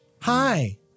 Hi